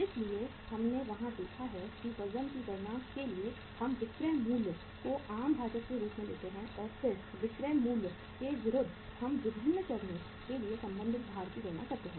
इसलिए हमने वहां देखा है कि वजन की गणना के लिए हम विक्रय मूल्य को आम भाजक के रूप में लेते हैं और फिर विक्रय मूल्य के विरुद्ध हम विभिन्न चरणों के लिए संबंधित भार की गणना करते हैं